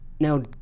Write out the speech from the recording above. now